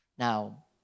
Now